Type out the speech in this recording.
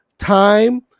Time